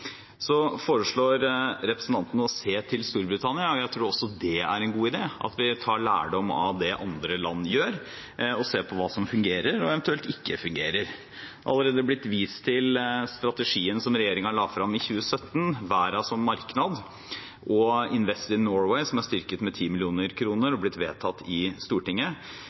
Så foreslår representantene å se til Storbritannia. Jeg tror også det er en god idé at vi tar lærdom av det andre land gjør, og ser på hva som fungerer, og eventuelt ikke fungerer. Det er allerede blitt vist til strategien som regjeringen la fram i 2017, Verda som marknad, og Invest in Norway, som er styrket med 10 mill. kr, vedtatt av Stortinget.